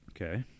Okay